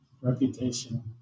Reputation